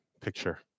picture